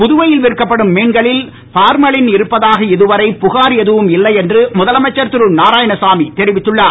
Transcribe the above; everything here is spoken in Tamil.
புதுவையில் விற்கப்படும் மீன்களில் பார்மலின் இருப்பதாக இதுவரை புகார் எதுவும் இல்லை என்று முதலமைச்சர் திரு நாராயணசாமி தெரிவித்துள்ளார்